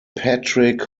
patrick